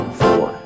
four